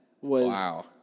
Wow